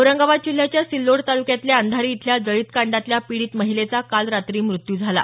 औरंगाबाद जिल्ह्याच्या सिल्लोड तालुक्यातल्या अंधारी इथल्या जळीतकांडातल्या पीडित महिलेचा काल रात्री मृत्यू झाला